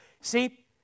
See